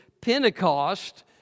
Pentecost